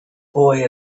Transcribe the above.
boy